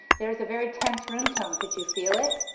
there's a very tense room tone could you feel it?